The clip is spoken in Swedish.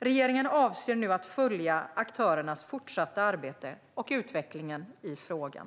Regeringen avser nu att följa aktörernas fortsatta arbete och utvecklingen i frågan.